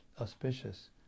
auspicious